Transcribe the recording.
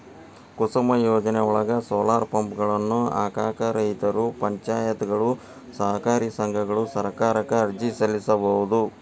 ಕುಸುಮ್ ಯೋಜನೆಯೊಳಗ, ಸೋಲಾರ್ ಪಂಪ್ಗಳನ್ನ ಹಾಕಾಕ ರೈತರು, ಪಂಚಾಯತ್ಗಳು, ಸಹಕಾರಿ ಸಂಘಗಳು ಸರ್ಕಾರಕ್ಕ ಅರ್ಜಿ ಸಲ್ಲಿಸಬೋದು